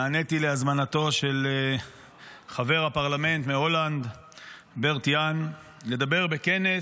נעניתי להזמנתו של חבר הפרלמנט מהולנד ברט יאן לדבר בכנס.